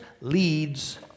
leads